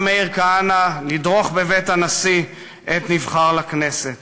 מאיר כהנא לדרוך בבית הנשיא עת נבחר לכנסת,